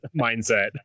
mindset